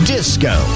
Disco